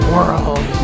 World